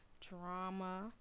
drama